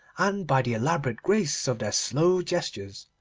and by the elaborate grace of their slow gestures,